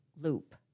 loop